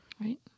Right